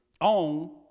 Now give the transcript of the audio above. on